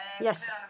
Yes